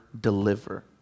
deliver